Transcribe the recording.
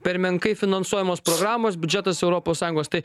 per menkai finansuojamos programos biudžetas europos sąjungos tai